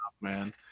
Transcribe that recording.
man